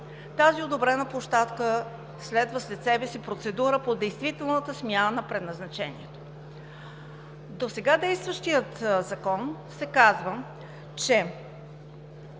тази одобрена площадка следва след себе си процедура по действителната смяна на предназначението. В досега действащия Закон се казва, че: